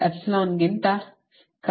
epsilon ಗಿಂತ ಕಡಿಮೆ